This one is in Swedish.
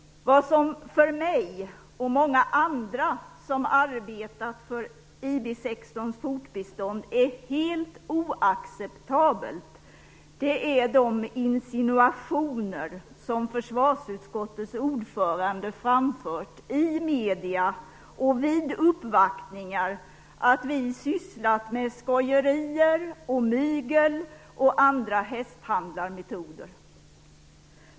Vad som för mig och många andra som arbetat för IB 16:s fortbestånd är helt oacceptabelt, är de insinuationer som försvarsutskottets ordförande framfört i medierna och vid uppvaktningar. Vi skulle ha sysslat med skojerier, mygel och andra hästhandlarmetoder.